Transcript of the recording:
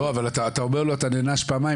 לא, אבל אתה אומר לו אתה נענש פעמיים.